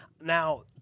Now